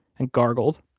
and gargled,